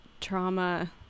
trauma